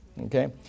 Okay